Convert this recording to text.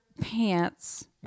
pants